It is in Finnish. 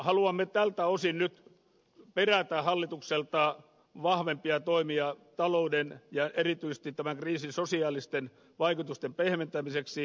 haluamme tältä osin nyt perätä hallitukselta vahvempia toimia talouden ja erityisesti tämän kriisin sosiaalisten vaikutusten pehmentämiseksi